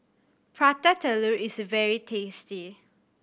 Prata Telur is very tasty